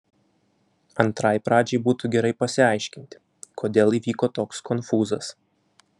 antrai pradžiai būtų gerai pasiaiškinti kodėl įvyko toks konfūzas